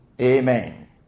Amen